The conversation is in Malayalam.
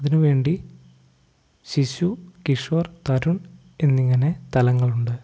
അതിനുവേണ്ടി ശിശു കിഷോർ തരുൺ എന്നിങ്ങനെ തലങ്ങളുണ്ട്